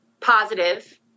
Positive